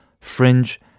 fringe